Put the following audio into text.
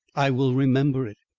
i will remember it.